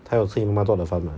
他有吃你妈妈做的饭吗